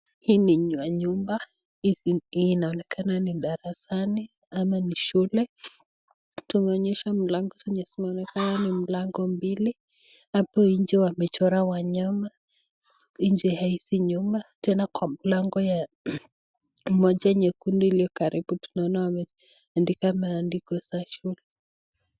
Hii ni nyumba, hii inaonekana ni darasani ama ni shule. Tumeonyesha mlango zenye zinaonekana ni mlango mbili. Hapo nje wamechora wanyama nje ya hizi nyumba. Tena kwa mlango ya mmoja nyekundu iliyo karibu tunaona wameandika maandiko za shule.